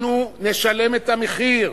אנחנו נשלם את המחיר.